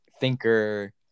thinker